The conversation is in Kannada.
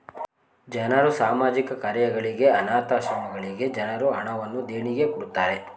ಜನರು ಸಾಮಾಜಿಕ ಕಾರ್ಯಗಳಿಗೆ, ಅನಾಥ ಆಶ್ರಮಗಳಿಗೆ ಜನರು ಹಣವನ್ನು ದೇಣಿಗೆ ಕೊಡುತ್ತಾರೆ